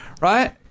Right